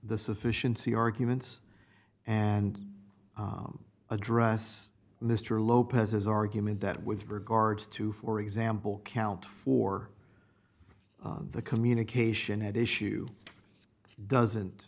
the sufficiency arguments and address mr lopez's argument that with regards to for example count four the communication at issue doesn't